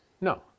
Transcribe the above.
No